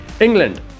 England